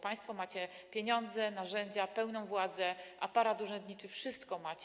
Państwo macie pieniądze, narzędzia, pełną władzę, aparat urzędniczy, wszystko macie.